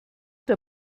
der